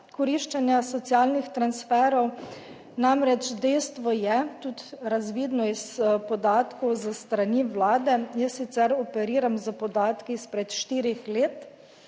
koriščenja socialnih transferov. Namreč dejstvo je tudi razvidno iz podatkov s strani Vlade, jaz sicer operiram s podatki izpred štirih let,